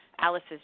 Alice's